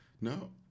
No